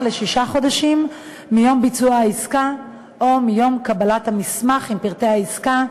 לשישה חודשים מיום ביצוע העסקה או מיום קבלת המסמך עם פרטי העסקה,